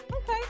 Okay